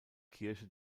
kirche